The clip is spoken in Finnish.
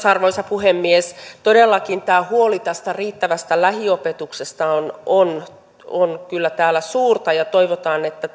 arvoisa puhemies todellakin tämä huoli tästä riittävästä lähiopetuksesta on on kyllä täällä suurta ja toivotaan että